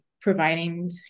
providing